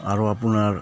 আৰু আপোনাৰ